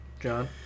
John